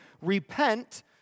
Repent